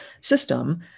system